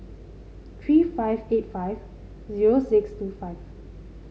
three five eight five zero six two five